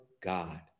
God